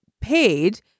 paid